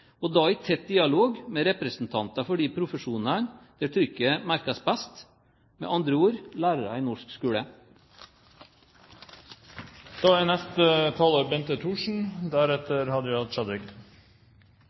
og tidkrevende bestemmelser blir implementert, og da i tett dialog med representanter for de profesjonene der trykket merkes best, med andre ord lærere i norsk